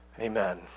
Amen